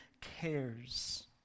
cares